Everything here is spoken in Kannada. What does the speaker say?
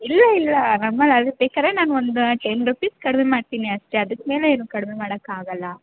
ಇಲ್ಲ ಇಲ್ಲ ನಮ್ಮಲ್ಲಿ ಅದು ಬೇಕಾರೆ ನಾನು ಒಂದು ಟೆನ್ ರುಪೀಸ್ ಕಡಿಮೆ ಮಾಡ್ತೀನಿ ಅಷ್ಟೇ ಅದಕ್ಕೆಮೇಲೆ ಏನು ಕಡಿಮೆ ಮಾಡಕ್ಕೆ ಆಗೋಲ್ಲ